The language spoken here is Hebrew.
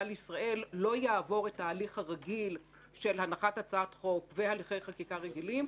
לישראל לא יעבור את ההליך הרגיל של הנחת הצעת חוק והליכי חקיקה רגילים,